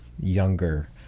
younger